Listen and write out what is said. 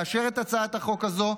לאשר את הצעת החוק הזו,